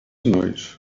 nois